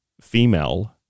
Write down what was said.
female